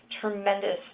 tremendous